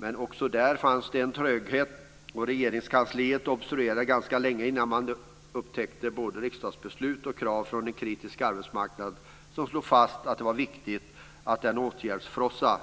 Men också där fanns det en tröghet, och Regeringskansliet obstruerade ganska länge innan man upptäckte både riksdagsbeslut och krav från en kritisk arbetsmarknad som slog fast att det var viktigt att den "åtgärdsfrossa"